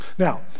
Now